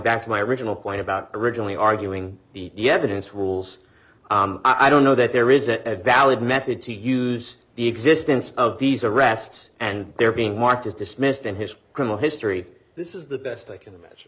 back to my original point about originally arguing the yeven its rules i don't know that there is a valid method to use the existence of these arrests and they're being marked as dismissed in his criminal history this is the best i can imagine